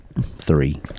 three